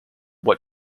what